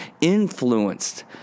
influenced